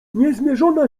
niezmierzona